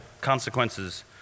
consequences